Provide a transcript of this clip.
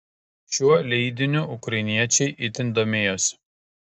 šiuo leidiniu ukrainiečiai itin domėjosi